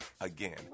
Again